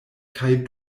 kaj